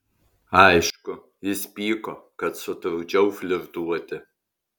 aišku jis pyko kad sutrukdžiau flirtuoti